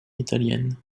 italienne